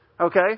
Okay